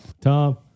Tom